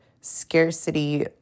scarcity